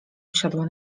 usiadła